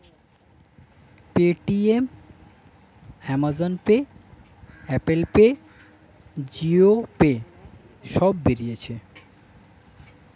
Paytm, Amazon pay, Apple pay, Jio pay সব বেরিয়েছে